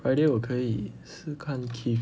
friday 我可以是看 keith